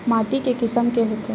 माटी के किसम के होथे?